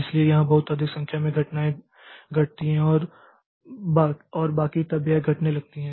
इसलिए यहां बहुत अधिक संख्या में घटनाएँ घटती हैं और बाकी तब यह घटने लगती हैं